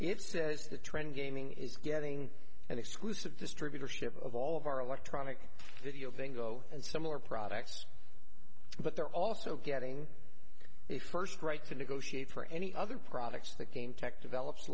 it says the trend gaming is getting an exclusive distributorship of all of our electronic video bingo and similar products but they're also getting the first right to negotiate for any other products that came tech develops